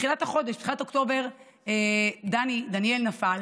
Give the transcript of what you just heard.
בתחילת החודש, בתחילת אוקטובר, דניאל נפל